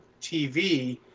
TV